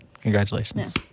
congratulations